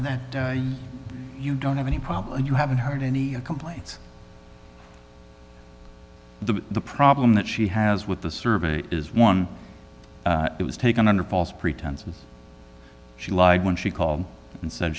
you don't have any problem and you haven't heard any complaints the problem that she has with the survey is one that was taken under false pretenses she lied when she called and said